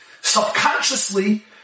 Subconsciously